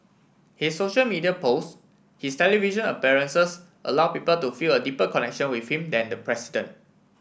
his social media post his television appearances allow people to feel a deeper connection with him than the president